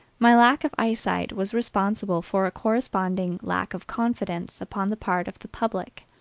my lack of eyesight was responsible for a corresponding lack of confidence upon the part of the public.